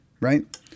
Right